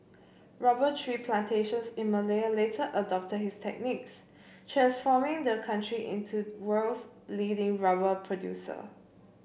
rubber tree plantations in Malaya later adopted his techniques transforming the country into world's leading rubber producer